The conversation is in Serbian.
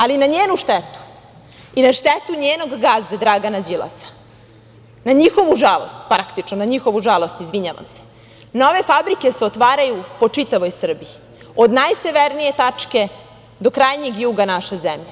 Ali, na njenu štetu, i na štetu njenog gazde Dragana Đilasa, na njihovu žalost, praktično na njihovu žalost, izvinjavam se, nove fabrike se otvaraju po čitavoj Srbiji, od najsevernije tačke do krajnjeg juga naše zemlje.